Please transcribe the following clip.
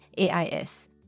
AIS